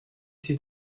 sie